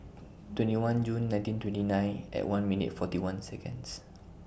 twenty one June nineteen twenty nine At one minute forty one Seconds